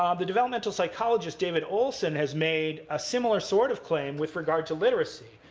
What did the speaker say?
um the developmental psychologist david olson has made a similar sort of claim, with regard to literacy.